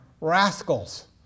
rascals